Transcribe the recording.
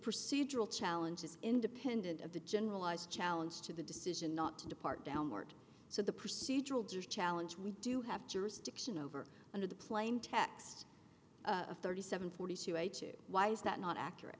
procedural challenge is independent of the generalized challenge to the decision not to depart downward so the procedural does challenge we do have jurisdiction over under the plaintext thirty seven forty two why is that not accurate